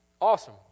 Awesome